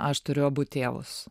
aš turiu abu tėvus